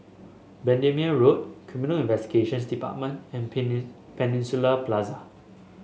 Bendemeer Road Criminal Investigation Department and Peninsula Plaza